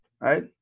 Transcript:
right